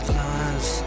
lies